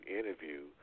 interview